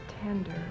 tender